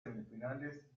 semifinales